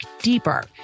deeper